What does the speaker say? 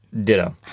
Ditto